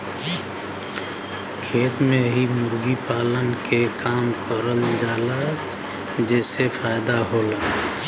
खेत में ही मुर्गी पालन के काम करल जाला जेसे फायदा होला